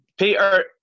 Peter